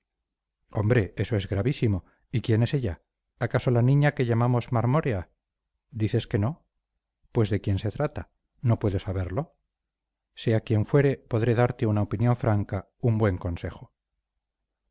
hombre eso es gravísimo y quién es ella acaso la niña que llamamos marmórea dices que no pues de quién se trata no puedo saberlo sea quien fuere podré darte una opinión franca un buen consejo